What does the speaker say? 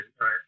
right